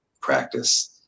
practice